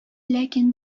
ләкин